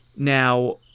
Now